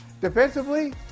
Defensively